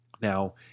Now